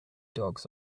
dogs